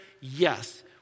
Yes